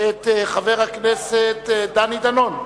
את חבר הכנסת דני דנון לעלות,